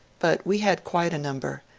but we had quite a number,